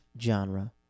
genre